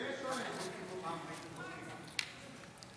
נכון?